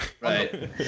Right